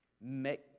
Make